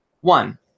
One